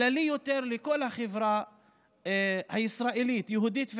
כללי יותר, לכל החברה הישראלית, יהודית וערבית.